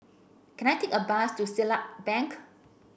can I take a bus to Siglap Bank